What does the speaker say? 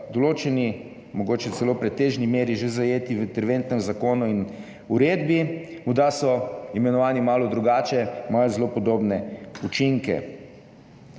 določeni, mogoče celo pretežni meri, že zajeti v interventnem zakonu in uredbi, morda so imenovani malo drugače, imajo pa zelo podobne učinke.